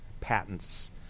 patents